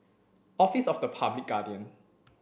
Office of the Public Guardian